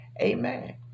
Amen